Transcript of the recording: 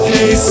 Hey